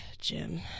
Jim